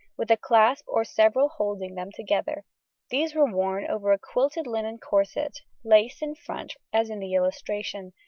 with a clasp or several holding them together these were worn over a quilted linen corset laced in front as in the illustration,